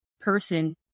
person